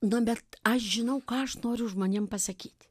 nu bet aš žinau ką aš noriu žmonėm pasakyti